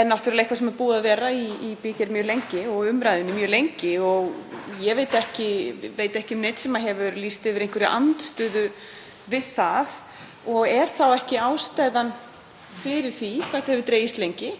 er náttúrlega eitthvað sem er búið að vera í bígerð mjög lengi og umræðunni mjög lengi og ég veit ekki um neinn sem hefur lýst yfir einhverri andstöðu við það. Er þá ekki ástæðan fyrir því hvað þetta hefur dregist lengi